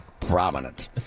prominent